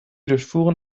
durchfuhren